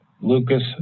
Lucas